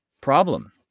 problem